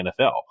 NFL